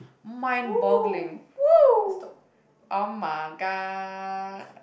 mind boggling !whoo! [oh]-my-god